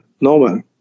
normal